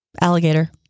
Alligator